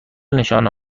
نشانه